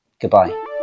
Goodbye